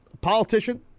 politician